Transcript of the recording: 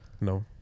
No